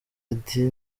ati